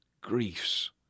griefs